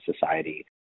society